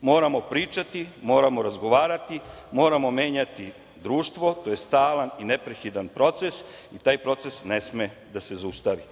Moramo pričati, moramo razgovarati, moramo menjati društvo, to je stalan i neprekidan proces i taj proces ne sme da se zaustavi.